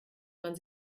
man